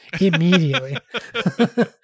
immediately